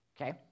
Okay